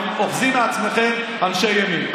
אוחזים מעצמכם אנשי ימין.